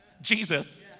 Jesus